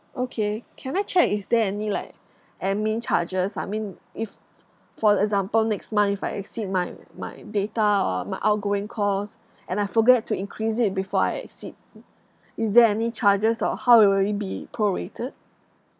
okay can I check is there any like admin charges I mean if for example next month if I exceed my my data or my outgoing calls and I forget to increase it before I exceed is there any charges or how will it be prorated